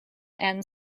and